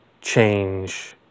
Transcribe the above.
change